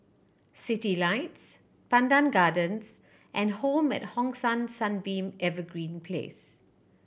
Citylights Pandan Gardens and Home at Hong San Sunbeam Evergreen Place